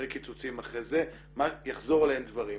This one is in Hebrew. אחרי קיצוצים ואחרי זה, יחזרו אליהם דברים.